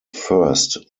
first